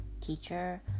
teacher